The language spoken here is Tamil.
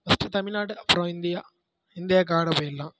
ஃபர்ஸ்ட்டு தமிழ்நாடு அப்புறம் இந்தியா இந்தியாவுக்கு ஆட போய்டலாம்